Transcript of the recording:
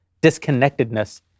disconnectedness